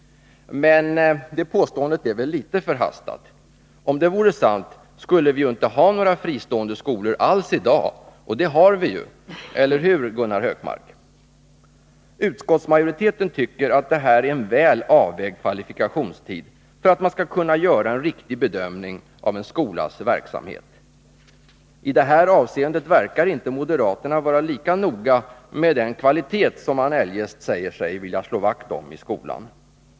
Men det påståendet är väl litet förhastat. Om det vore sant skulle vi inte ha några fristående skolor alls i dag, och det har vi ju, eller hur Gunnar Hökmark? Utskottsmajoriteten tycker att det här är en väl avvägd kvalifikationstid för att man skall kunna göra en riktig bedömning av en skolas verksamhet. I det här avseendet förefaller inte moderaterna vara lika noga med den kvalitet som man eljest säger sig vilja slå vakt om i skolan.